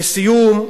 לסיום.